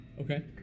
Okay